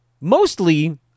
mostly